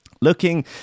Looking